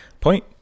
point